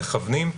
מכוונים.